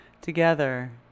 Together